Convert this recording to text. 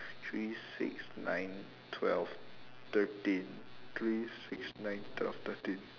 three six nine twelve thirteen three six nine twelve thirteen